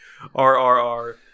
RRR